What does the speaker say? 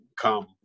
come